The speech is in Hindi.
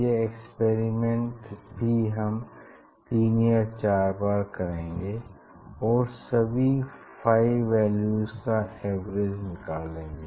यह एक्सपेरिमेंट भी हम 3 या 4 बार करेंगे और सभी फाई वैल्यूज का एवरेज निकालेंगे